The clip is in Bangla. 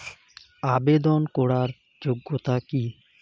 আবেদন করার যোগ্যতা কি?